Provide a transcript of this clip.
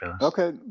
Okay